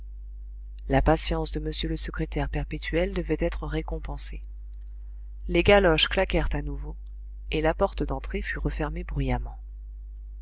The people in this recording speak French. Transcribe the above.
la patience de m le secrétaire perpétuel devait être récompensée les galoches claquèrent à nouveau et la porte d'entrée fut refermée bruyamment